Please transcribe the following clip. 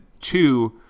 two